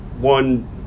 one